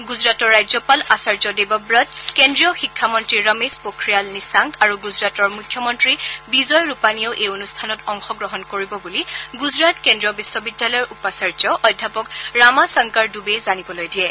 গুজৰাটৰ ৰাজ্যপাল আচাৰ্য দেবৱত কেড্ৰীয় শিক্ষা মন্ত্ৰী ৰমেশ পোখৰিয়াল নিশাংক আৰু গুজৰাটৰ মুখ্যমন্ত্ৰী বিজয় ৰূপানীয়েও এই অনুষ্ঠানত অংশগ্ৰহণ কৰিব বুলি গুজৰাট কেন্দ্ৰীয় বিশ্ববিদ্যালয়ৰ উপাচাৰ্য অধ্যাপক ৰামাশংকৰ ডুবে জানিবলৈ দিয়ে